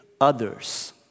others